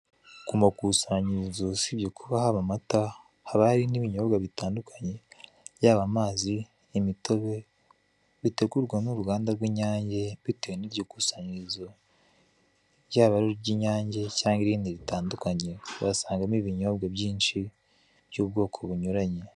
Ku makusanyirizo usibye kuba haba amata, haba hari n'ibinyobwa bitandukanye yaba amazi, imitobe bitegurwa n'uruganda rw'inyange bitewe n'iryo kusanyirizo, ryaba ari iry'inyange cyangwa irindi ritandukanye, turahasangamo ibinyobwa byinshi by'ubwoko bunyuranye.